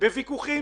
בוויכוחים.